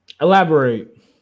Elaborate